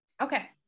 okay